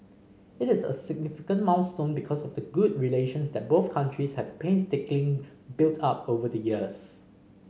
it is a significant milestone because of the good relations that both countries have painstakingly built up over the years